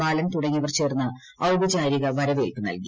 ബ്ാലൻ തുടങ്ങിയവർ ചേർന്ന് ഔപചാരിക വരവേൽപ്പ് നൽകി